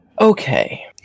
Okay